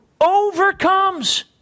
overcomes